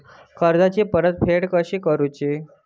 कर्जाची परतफेड कशी करूची?